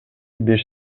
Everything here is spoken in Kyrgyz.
беш